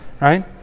right